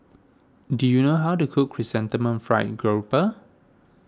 do you know how to cook Chrysanthemum Fried